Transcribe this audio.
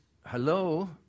hello